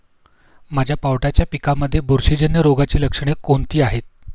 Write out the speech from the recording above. माझ्या पावट्याच्या पिकांमध्ये बुरशीजन्य रोगाची लक्षणे कोणती आहेत?